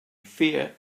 fear